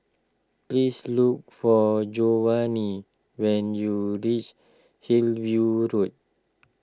please look for Jovani when you reach Hillview Road